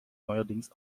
neuerdings